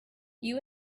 you